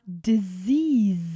disease